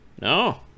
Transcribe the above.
No